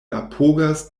apogas